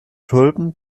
tulpen